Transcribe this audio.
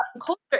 culture